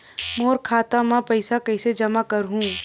मोर खाता म पईसा कइसे जमा करहु?